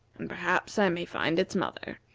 and perhaps i may find its mother.